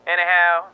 Anyhow